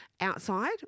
outside